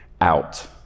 out